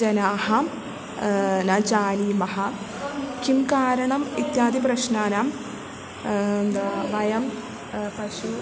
जनाः न जानीमः किं कारणम् इत्यादिप्रश्नानां वयं पशु